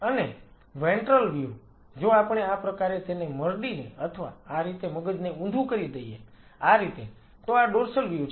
અને ventral view જો આપણે આ પ્રકારે તેને મરડીને અથવા આ રીતે મગજને ઊંધું કરી દઈએ આ રીતે તો આ ડોર્સલ વ્યૂ છે